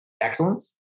excellence